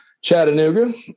Chattanooga